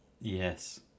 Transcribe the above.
Yes